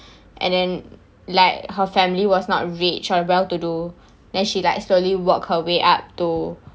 and then like her family was not rich or well to do then she like slowly worked her way up to